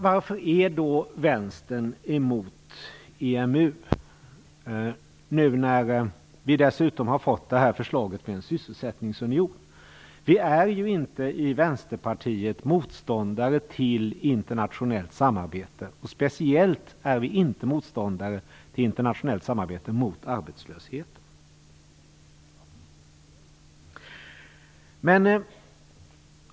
Varför är vänstern emot EMU nu när vi dessutom har fått förslaget om en sysselsättningsunion? I Vänsterpartiet är vi ju inte motståndare till internationellt samarbete, speciellt inte till internationellt samarbete mot arbetslösheten.